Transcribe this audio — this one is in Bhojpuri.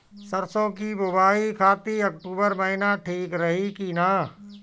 सरसों की बुवाई खाती अक्टूबर महीना ठीक रही की ना?